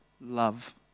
love